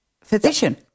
physician